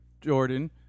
Jordan